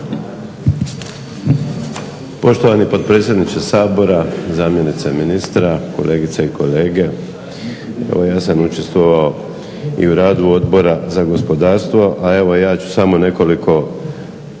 Poštovani potpredsjedniče Sabora, zamjenice ministra, kolegice i kolege. Evo ja sam učestvovao i u radu Odbora za gospodarstvo a evo ja ću samo nekoliko